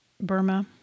Burma